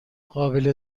قابل